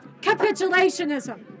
capitulationism